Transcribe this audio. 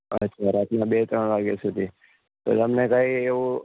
અચ્છા રાત ના બે ત્રણ વાગ્યા સુધી તો તમને કંઈ એવું